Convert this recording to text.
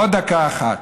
עוד דקה אחת.